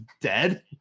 dead